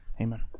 Amen